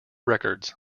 records